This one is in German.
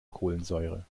kohlensäure